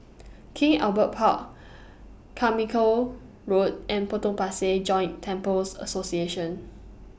King Albert Park Carmichael Road and Potong Pasir Joint Temples Association